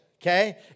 Okay